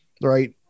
right